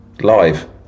live